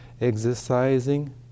exercising